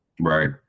Right